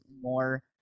more